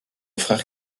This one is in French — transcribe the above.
frère